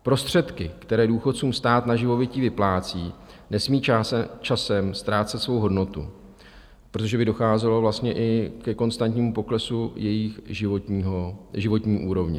Prostředky, které důchodcům stát na živobytí vyplácí, nesmí časem ztrácet svou hodnotu, protože by docházelo vlastně i ke konstantnímu poklesu jejich životní úrovně.